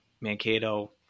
Mankato